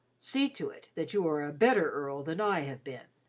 see to it that you are a better earl than i have been!